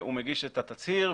הוא מגיש הצהרה